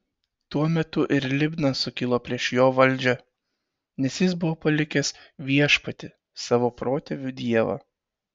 tuo metu ir libna sukilo prieš jo valdžią nes jis buvo palikęs viešpatį savo protėvių dievą